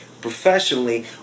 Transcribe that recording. professionally